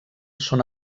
són